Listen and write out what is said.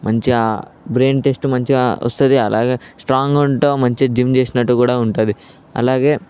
మంచిగా brain test మంచిగా వస్తుంది అలాగే స్ట్రాంగ్గా ఉంటావు మంచిగా జిమ్ చేసినట్టు కూడా ఉంటుంది అలాగే